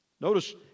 Notice